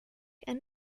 and